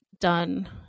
done